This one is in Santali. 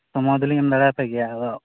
ᱥᱚᱢᱳᱭ ᱫᱚᱞᱤᱧ ᱮᱢ ᱫᱟᱲᱮ ᱟᱯᱮᱜᱮᱭᱟ ᱟᱫᱚ